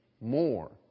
more